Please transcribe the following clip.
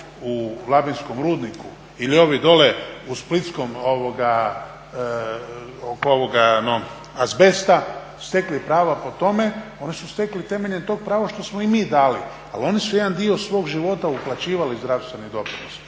u labinskom rudniku ili ovi dole u splitskom oko ovoga azbesta stekli prava po tome oni su stekli temeljem tog prava što smo im mi dali. Ali oni su jedan dio svog života uplaćivali zdravstveni doprinos.